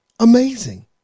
Amazing